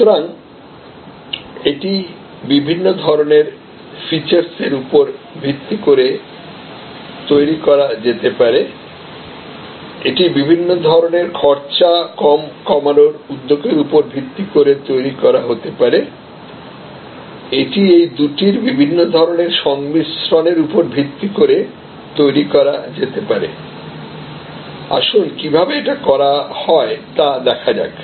সুতরাংএটি বিভিন্ন ধরণের ফিচারস এর উপর ভিত্তি করে তৈরি করা যেতে পারে এটি বিভিন্ন ধরণের খরচা কমানোর উদ্যোগের উপর ভিত্তি করে তৈরি হতে পারে এটি এই দুটির বিভিন্ন ধরণের সংমিশ্রণের উপর ভিত্তি করে তৈরি করা যেতে পারে আসুন কীভাবে এটি করা হয় তা দেখা যাক